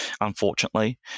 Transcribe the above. unfortunately